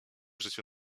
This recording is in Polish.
życiu